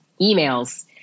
emails